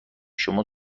شما